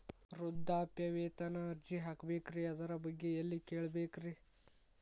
ವೃದ್ಧಾಪ್ಯವೇತನ ಅರ್ಜಿ ಹಾಕಬೇಕ್ರಿ ಅದರ ಬಗ್ಗೆ ಎಲ್ಲಿ ಕೇಳಬೇಕ್ರಿ?